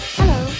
hello